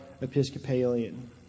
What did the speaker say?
Episcopalian